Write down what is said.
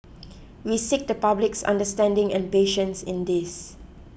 we seek the public's understanding and patience in this